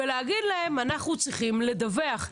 ולהגיד להם: אנחנו צריכים לדווח.